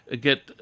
get